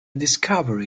discovery